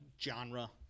genre